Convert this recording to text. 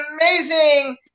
amazing